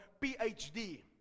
PhD